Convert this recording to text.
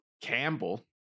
Campbell